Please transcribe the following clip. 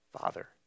father